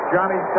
Johnny